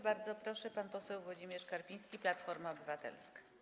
Bardzo proszę, pan poseł Włodzimierz Karpiński, Platforma Obywatelska.